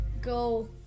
Go